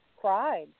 cried